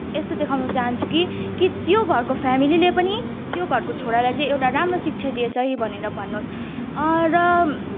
यस्तो देखाउन चाहन्छु कि कि त्यो घरको फेमिलीले पनि त्यो घरको छोरालाई चाहिँ एउटा राम्रो शिक्षा दिएछ है भनेर भनोस् र